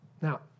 Now